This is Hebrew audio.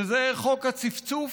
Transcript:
שזה חוק הצפצוף